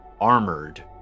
armored